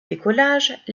décollage